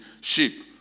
sheep